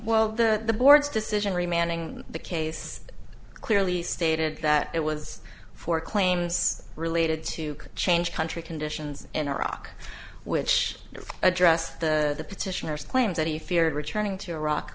well the board's decision re manning the case clearly stated that it was for claims related to change country conditions in iraq which address the petitioners claim that he feared returning to iraq